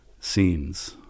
scenes